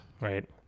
right